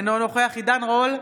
אינו נוכח עידן רול,